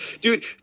Dude